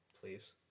Please